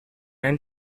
and